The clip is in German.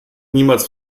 niemals